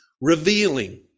revealing